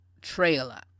trailer